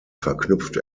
verknüpft